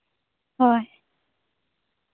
ᱦᱳᱭ